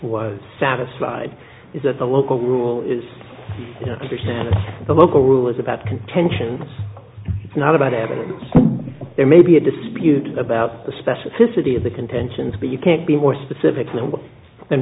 was satisfied is that the local rule is understanding the local rule is about contention it's not about having it it may be a dispute about the specificity of the contentions but you can't be more specific than